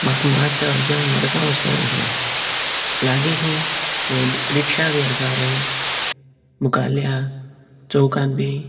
म्हाका मात्शे अर्जंट मडगांव वचपा जाय आहले लागीं खंय हे रिक्षा बी आसा रे मुखाल्या चौकाक बी